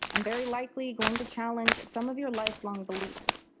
i'm very likely going to challenge some of your life-long beliefs.